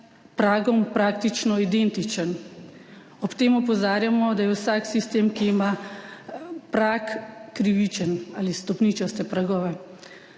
pragom praktično identičen. Ob tem opozarjamo, da je vsak sistem, ki ima prag ali stopničaste pragove,